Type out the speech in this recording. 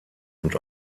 und